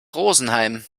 rosenheim